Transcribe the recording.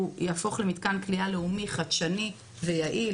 הוא יהפוך למתקן כליאה לאומי, חדשני ויעיל.